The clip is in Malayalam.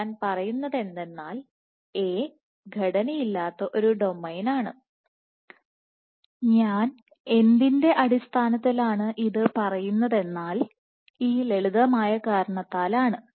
ഞാൻ പറയുന്നത് എന്തെന്നാൽ A ഘടനയില്ലാത്ത ഒരുഡൊമെയ്നാണ് ഞാൻ എന്തിൻറെ അടിസ്ഥാനത്തിലാണ് ഇത് പറയുന്നതെന്നാൽ ഈ ലളിതമായ കാരണത്താൽ ആണ്